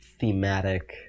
thematic